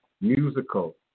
musical